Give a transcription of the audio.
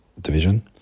division